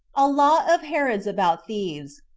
a law of herod's about, thieves.